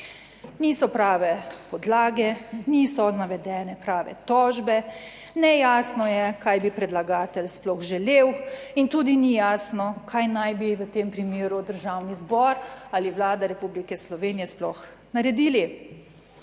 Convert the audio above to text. niso prave podlage, niso navedene prave tožbe, nejasno je kaj bi predlagatelj sploh želel in tudi ni jasno kaj naj bi v tem primeru Državni zbor ali Vlada Republike Slovenije sploh naredili,